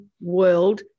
world